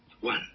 one